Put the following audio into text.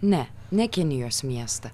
ne ne kinijos miestą